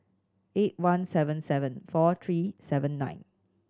eight one seven seven four three seven nine